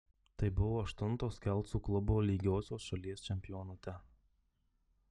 tai buvo aštuntos kelcų klubo lygiosios šalies čempionate